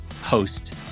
host